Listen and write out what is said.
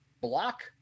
block